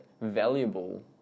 valuable